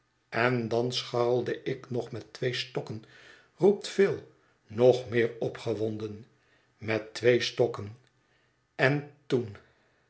en dan scharrelde ik nog met twee stokken roept phil nog meer opgewonden met twee stokken en toen